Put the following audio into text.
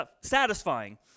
satisfying